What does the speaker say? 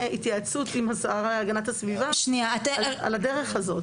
התייעצות עם השרה להגנת הסביבה על הדרך הזאת.